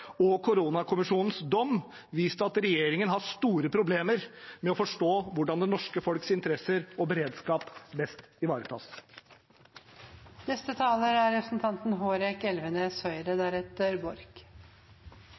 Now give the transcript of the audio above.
og koronakommisjonens dom vist at regjeringen har store problemer med å forstå hvordan det norske folks interesser og beredskap best ivaretas. Det er